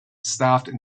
staffed